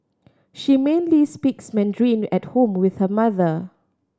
she mainly speaks Mandarin at home with her mother